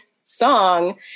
song